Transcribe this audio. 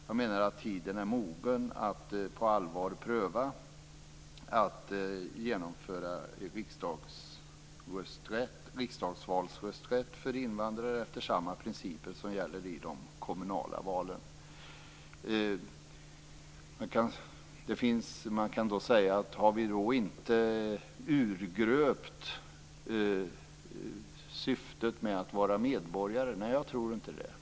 Jag menar att tiden är mogen att på allvar pröva att genomföra riksdagsvalsrösträtt för invandrare efter samma principer som gäller i de kommunala valen. Man kan då fråga sig om vi på detta sätt inte urgröper syftet med att vara medborgare. Men jag tror inte det.